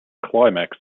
climax